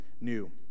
new